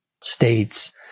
states